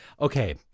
okay